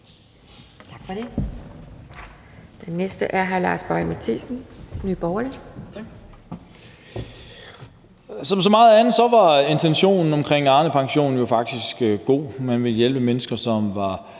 Som så meget andet var intentionen bag Arnepensionen jo faktisk god. Man ville hjælpe mennesker, som var